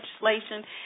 legislation